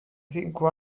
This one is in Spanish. cinco